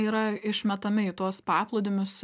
yra išmetami į tuos paplūdimius